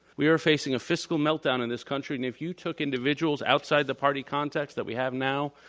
we are facing a fiscal meltdown in this country. and if you took individuals outside the party context that we have now,